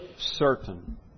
certain